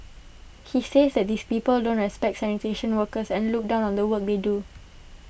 he says that these people don't respect sanitation workers and look down on the work they do